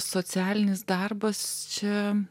socialinis darbas čia